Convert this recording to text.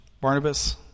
Barnabas